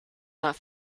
not